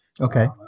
Okay